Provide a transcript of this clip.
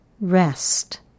rest